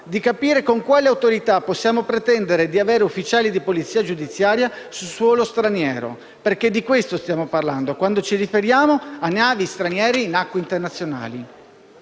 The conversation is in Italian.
di capire con quale autorità possiamo pretendere di avere ufficiali di polizia giudiziaria su suolo straniero, perché di questo stiamo parlando quando ci riferiamo a navi straniere in acque internazionali.